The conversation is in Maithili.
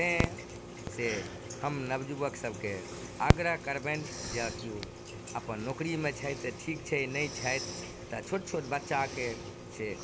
से हम नवजुबक सबके आग्रह करबनि जे केओ अपन नौकरीमे छथि तऽ ठीक छै नहि छथि तऽ छोट छोट बच्चाके से